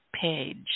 Page